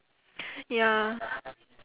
ya